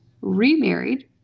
remarried